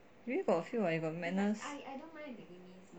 you already got a few what you got madness